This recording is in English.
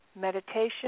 meditation